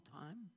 time